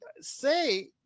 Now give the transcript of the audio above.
say